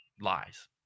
lies